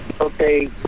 Okay